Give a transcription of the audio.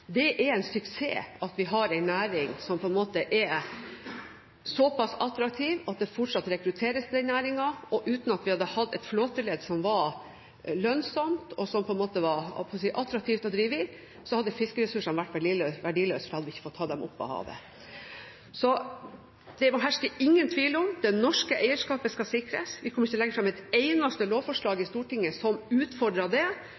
Det har vært en del av effektivitets- og produktivitetsutviklingen i norsk fiskerinæring. Det er en suksess at vi har en næring som er såpass attraktiv at det fortsatt rekrutteres til næringen. Uten at vi hadde hatt et flåteledd som var lønnsomt og attraktivt å drive i, hadde fiskeressursene vært verdiløse, for vi hadde ikke fått tatt dem opp av havet. Det må ikke herske noen tvil om at det norske eierskapet skal sikres. Vi kommer ikke til å legge fram et eneste lovforslag i Stortinget som utfordrer det